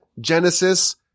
Genesis